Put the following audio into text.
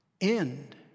end